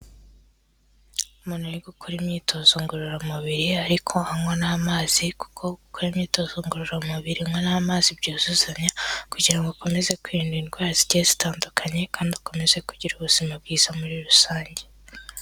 Umuntu uri gukora imyitozo ngororamubiri ariko anywa n'amazi kuko gukora imyitozo ngororamubiri unywa n'amazi byuzuzanya, kugira ngo ukomeze kwirinda indwara zigiye zitandukanye kandi ukomeze kugira ubuzima bwiza muri rusange.